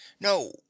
no